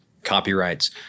copyrights